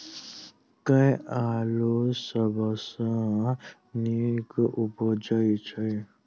केँ आलु सबसँ नीक उबजय छै?